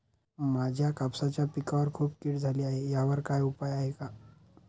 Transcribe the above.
माझ्या कापसाच्या पिकावर खूप कीड झाली आहे यावर काय उपाय आहे का?